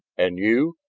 and you?